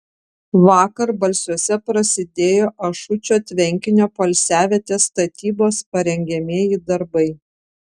vakar balsiuose prasidėjo ašučio tvenkinio poilsiavietės statybos parengiamieji darbai